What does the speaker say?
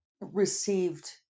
received